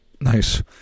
nice